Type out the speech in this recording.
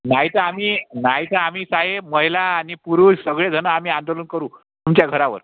नाही तर आम्ही नाही तर आम्ही साहेब महिला आणि पुरुष सगळेजणं आम्ही आंदोलन करू तुमच्या घरावर